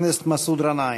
חבר הכנסת מסעוד גנאים.